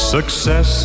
Success